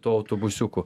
tuo autobusiuku